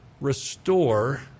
Restore